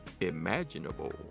imaginable